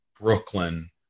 Brooklyn